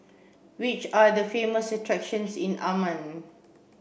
which are the famous attractions in Amman